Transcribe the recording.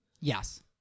Yes